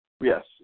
Yes